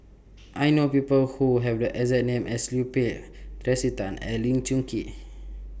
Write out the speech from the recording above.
I know People Who Have The exact name as Liu Peihe Tracey Tan and Lee Choon Kee